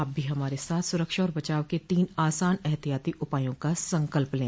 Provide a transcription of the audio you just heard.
आप भी हमारे साथ सुरक्षा और बचाव के तीन आसान एहतियाती उपायों का संकल्प लें